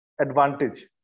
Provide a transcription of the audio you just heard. advantage